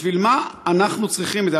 בשביל מה אנחנו צריכים את זה?